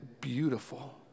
beautiful